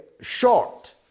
short